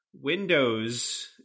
windows